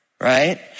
right